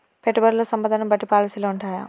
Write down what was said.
పెట్టుబడుల్లో సంపదను బట్టి పాలసీలు ఉంటయా?